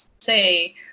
say